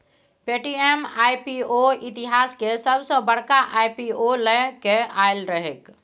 Paytm IPO इतिहास केर सबसॅ बड़का आई.पी.ओ लए केँ आएल रहैक